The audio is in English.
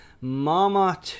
mama